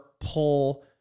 pull